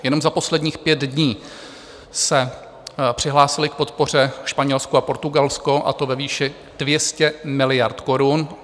Jenom za posledních pět dní se přihlásily k podpoře Španělsko a Portugalsko, a to ve výši 200 miliard korun.